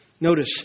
Notice